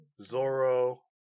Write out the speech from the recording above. Zoro